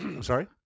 Sorry